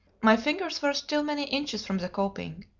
my fingers were still many inches from the coping.